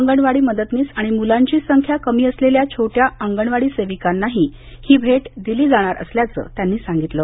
अंगणवाडी मदतनीस आणि मुलांची संख्या कमी असलेल्या छोट्या अंगणवाडी सेविकांनाही ही भेट दिली जाणार असल्याचं त्यांनी सांगितलं